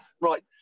right